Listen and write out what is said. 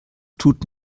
tut